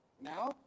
now